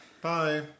Bye